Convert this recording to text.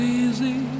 easy